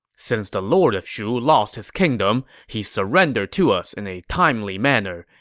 since the lord of shu lost his kingdom, he surrendered to us in a timely manner.